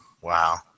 Wow